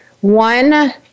One